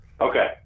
okay